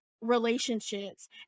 relationships